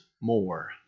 more